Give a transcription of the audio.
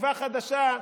תקווה חדשה,